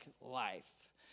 life